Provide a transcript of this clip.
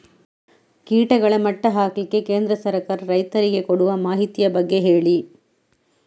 ಕೀಟಗಳ ಮಟ್ಟ ಹಾಕ್ಲಿಕ್ಕೆ ಕೇಂದ್ರ ಸರ್ಕಾರ ರೈತರಿಗೆ ಕೊಡುವ ಮಾಹಿತಿಯ ಬಗ್ಗೆ ಹೇಳಿ